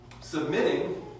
submitting